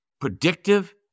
predictive